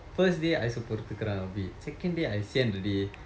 first day I also பொருத்துக்குறான்:porutthukkuraan a bit second day I sian already